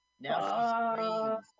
Now